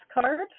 card